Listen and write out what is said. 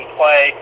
play